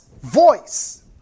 voice